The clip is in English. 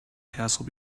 castle